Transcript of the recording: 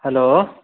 hello